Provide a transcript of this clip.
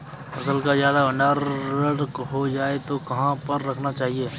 फसल का ज्यादा भंडारण हो जाए तो कहाँ पर रखना चाहिए?